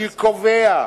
אני קובע,